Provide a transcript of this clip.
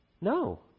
no